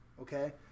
Okay